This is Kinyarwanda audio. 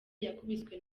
yakubiswe